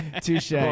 Touche